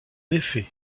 effet